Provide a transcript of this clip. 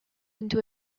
into